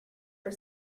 for